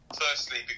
Firstly